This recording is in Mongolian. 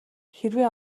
хэрвээ